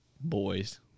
boys